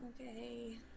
Okay